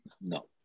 no